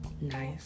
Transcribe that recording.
nice